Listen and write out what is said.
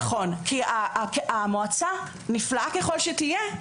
נכון, כי המועצה, נפלאה ככל שתהיה,